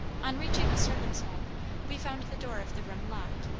on reaching the servants' hall we found the door of the room locked.